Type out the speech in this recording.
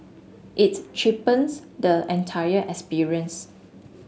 it cheapens the entire experience